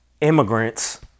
immigrants